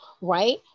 right